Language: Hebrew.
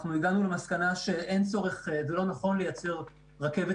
הגענו למסקנה שזה לא נכון לייצר רכבת